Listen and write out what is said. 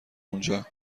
اونجا